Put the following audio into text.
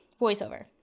voiceover